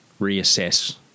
reassess